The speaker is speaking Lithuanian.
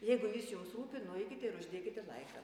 jeigu jis jums rūpi nueikite ir uždėkite laiką